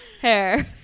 hair